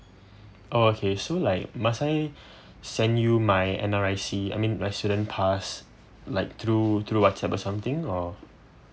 oh okay so like must I send you my and N_R_I_C I mean my student pass like through through WhatsApp or something or